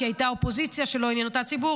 כי הייתה אופוזיציה שלא עניין אותה הציבור,